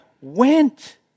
went